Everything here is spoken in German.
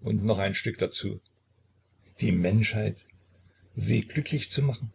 und noch ein stück dazu die menschheit sie glücklich zu machen